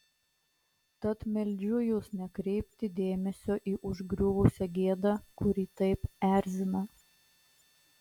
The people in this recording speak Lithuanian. tad meldžiu jus nekreipti dėmesio į užgriuvusią gėdą kuri taip erzina